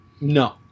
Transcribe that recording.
No